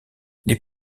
les